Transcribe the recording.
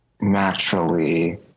naturally